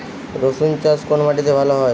রুসুন চাষ কোন মাটিতে ভালো হয়?